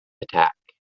attack